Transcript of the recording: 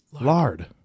lard